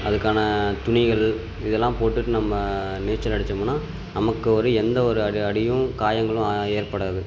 அதுக்கான துணிகள் இதெல்லாம் போட்டுகிட்டு நம்ம நீச்சல் அடித்தம்னா நமக்கு ஒரு எந்த ஒரு அடியும் காயங்களும் ஏற்படாது